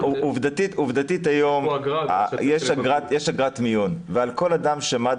עובדתית היום יש אגרת מיון ועל כל אדם שמד"א